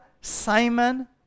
Simon